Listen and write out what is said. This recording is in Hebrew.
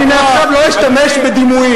הם לא נישקו את כפות רגליו.